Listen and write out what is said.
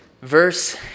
Verse